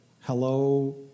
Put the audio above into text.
Hello